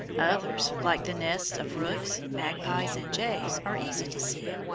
others, like the nests of rooks, magpies and jays, are easy to see,